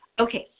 Okay